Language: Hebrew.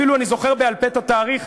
אני אפילו זוכר בעל-פה את התאריך,